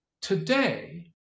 today